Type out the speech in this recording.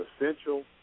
essential